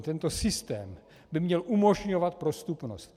Tento systém by měl umožňovat prostupnost.